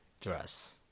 dress